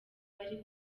bari